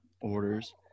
orders